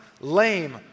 lame